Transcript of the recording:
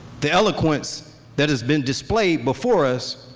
the eloquence that has been displayed before us